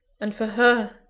and, for her?